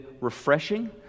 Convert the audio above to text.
refreshing